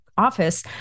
office